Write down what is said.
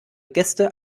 gäste